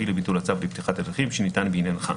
לביטול הצו לפתיחת הליכים שניתן בעניינך.